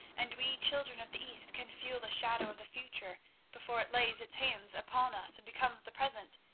and we children of the east can feel the shadow of the future before it lays its hands upon us and becomes the present.